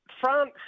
France